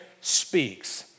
speaks